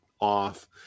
off